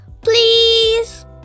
Please